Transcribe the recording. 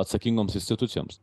atsakingoms institucijoms